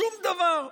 שום דבר.